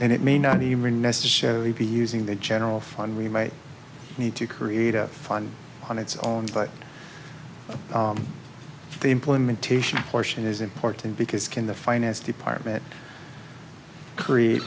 and it may not even necessarily be using the general fund we might need to create a fun on its own but implementation portion is important because can the finance department create